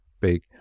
big